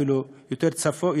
ואפילו יותר דרומה,